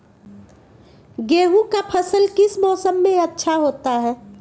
गेंहू का फसल किस मौसम में अच्छा होता है?